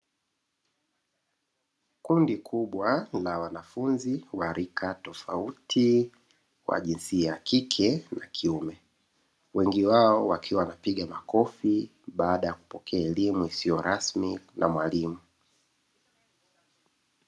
Kundi kubwa la wanafunzi wa rika tofauti wa jinsia ya kike na kiume, wengi wao wakiwa wanapiga makofi baada ya kupokea elimu isiyo rasmi na mwalimu.